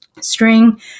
string